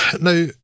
Now